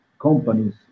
companies